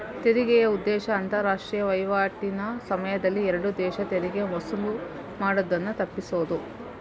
ತೆರಿಗೆಯ ಉದ್ದೇಶ ಅಂತಾರಾಷ್ಟ್ರೀಯ ವೈವಾಟಿನ ಸಮಯದಲ್ಲಿ ಎರಡು ದೇಶ ತೆರಿಗೆ ವಸೂಲು ಮಾಡುದನ್ನ ತಪ್ಪಿಸುದು